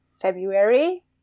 February